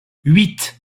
huit